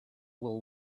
will